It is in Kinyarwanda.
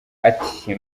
ati